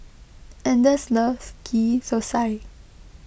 anders loves Ghee Thosai